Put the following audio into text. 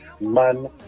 man